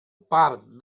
part